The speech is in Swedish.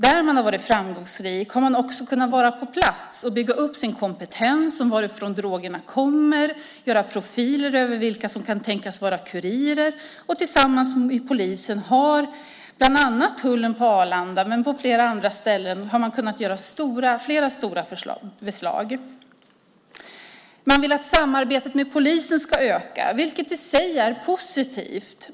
Där man har varit framgångsrik har man kunnat vara på plats, bygga upp sin kompetens om varifrån drogerna kommer och göra profiler över vilka som kan tänkas vara kurirer. Tillsammans med polisen har tullen på Arlanda och flera andra ställen kunnat göra stora beslag. Man vill att samarbetet med polisen ska öka, vilket i sig är positivt.